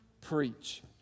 preach